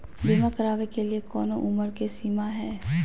बीमा करावे के लिए कोनो उमर के सीमा है?